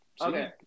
okay